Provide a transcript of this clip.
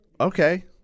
Okay